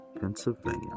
Pennsylvania